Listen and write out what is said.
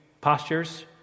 postures